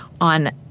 on